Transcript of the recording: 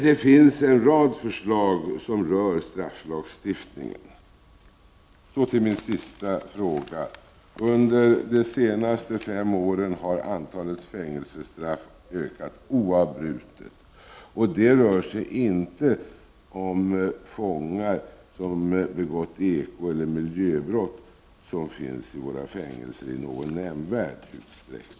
Det finns en rad förslag som rör strafflagstiftningen. Så till min sista fråga. Under de senaste fem åren har antalet fängelsestraff ökat oavbrutet. Och det är inte fångar som begått ekoeller miljöbrott som finns i våra fängelser i någon nämnvärd utsträckning.